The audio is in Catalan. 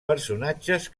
personatges